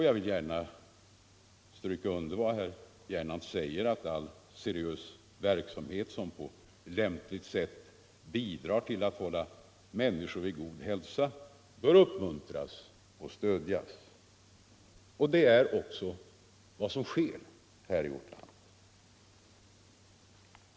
Jag vill gärna stryka under vad herr Gernandt säger, nämligen att all seriös verksamhet som på lämpligt sätt bidrar till att hålla människor vid god hälsa bör uppmuntras och stödjas. Det är också vad som sker.